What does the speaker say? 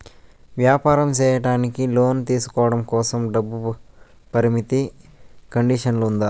వ్యాపారం సేయడానికి లోను తీసుకోవడం కోసం, డబ్బు పరిమితి కండిషన్లు ఉందా?